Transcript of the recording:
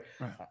Right